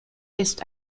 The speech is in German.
ist